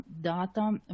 data